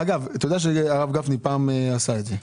אגב, אתה יודע שהרב גפני פעם עשה את זה.